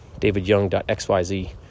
davidyoung.xyz